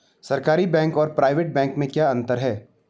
सरकारी बैंक और private bank में क्या क्या अंतर हैं?